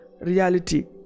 reality